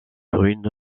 brune